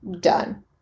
done